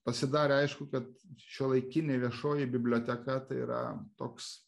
pasidarė aišku kad šiuolaikinė viešoji biblioteka tai yra toks